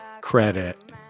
credit